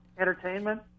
Entertainment